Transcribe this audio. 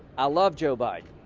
i love joe biden.